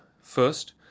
first